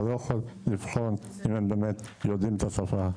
אתה לא יכול לבחון האם הם באמת יודעים את השפה,